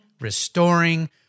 restoring